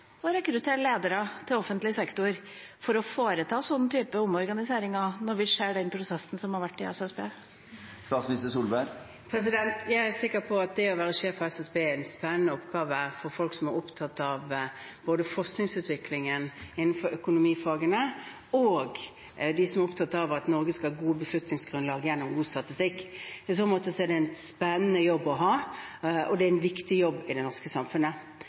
rekruttere ledere til offentlig sektor for å foreta den typen omorganiseringer når vi ser den prosessen som har vært i SSB? Jeg er sikker på at det å være sjef for SSB er en spennende oppgave for folk som er opptatt av både forskningsutviklingen innenfor økonomifagene og av at Norge skal ha gode beslutningsgrunnlag gjennom god statistikk. I så måte er det en spennende jobb å ha, og det er en viktig jobb i det norske samfunnet.